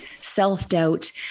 self-doubt